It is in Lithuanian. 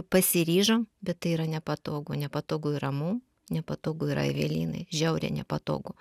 pasiryžom bet tai yra nepatogu nepatogu yra mum nepatogu yra evelinai žiauriai nepatogu